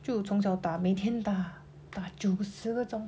就从小打每天打打九十个钟